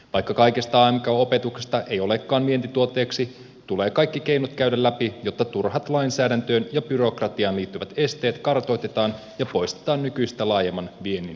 vaikka kaikesta amk opetuksesta ei olekaan vientituotteeksi tulee kaikki keinot käydä läpi jotta turhat lainsäädäntöön ja byrokratiaan liittyvät esteet kartoitetaan ja poistetaan nykyistä laajemman viennin edestä